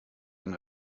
den